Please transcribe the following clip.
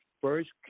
first